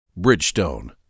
Bridgestone